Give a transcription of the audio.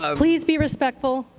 ah please be respectful.